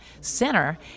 center